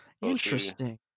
Interesting